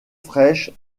fraîche